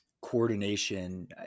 Coordination